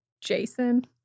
Jason